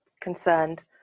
concerned